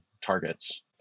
targets